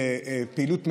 לפעילות מלאה,